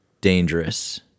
dangerous